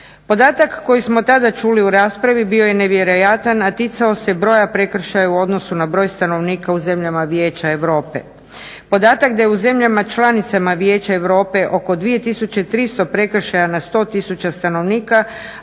Podatak koji smo tada čuli u raspravi bio je nevjerojatan a ticao se broja prekršaja u odnosu na broj stanovnika u zemljama Vijeća Europe. Podatak da je u zemljama članicama Vijeća Europe oko 2300 prekršaja na 100000 stanovnika,